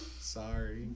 Sorry